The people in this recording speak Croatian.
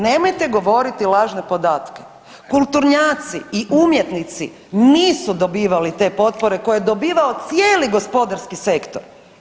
Nemojte govoriti lažne podatke, kulturnjaci i umjetnici nisu dobivali te potpore koje dobivao cijeli gospodarski sektor.